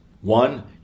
One